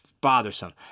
bothersome